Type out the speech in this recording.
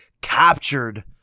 captured